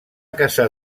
casar